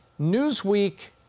Newsweek